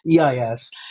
EIS